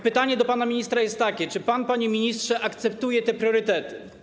Pytanie do pana ministra jest takie: Czy pan, panie ministrze, akceptuje te priorytety?